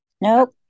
nope